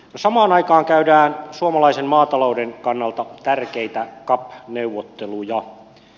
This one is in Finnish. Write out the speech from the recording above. samaan aikaan käydään suomalaisen maatalouden kannalta tärkeitä cap neuvotteluja